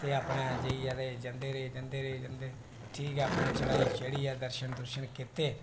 ते अपने जाइयै जंदे रेह् ठीक अपने चढ़ाई चढ़ियै दर्शन कीते